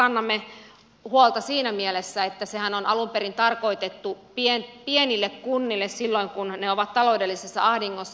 kriisikuntamenettelystä kannamme huolta siinä mielessä että sehän on alun perin tarkoitettu pienille kunnille silloin kun ne ovat taloudellisessa ahdingossa